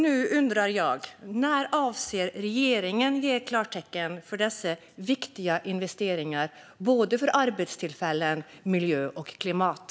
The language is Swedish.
Nu undrar jag: När avser regeringen att ge klartecken för dessa investeringar, som är viktiga för arbetstillfällen, miljö och klimat?